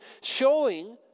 showing